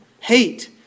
Hate